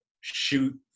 shoot